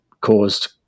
caused